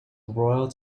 royal